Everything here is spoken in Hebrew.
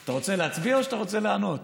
אתה רוצה להצביע או שאתה רוצה לענות?